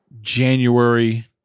January